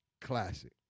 classic